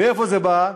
מאיפה זה בא?